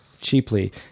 cheaply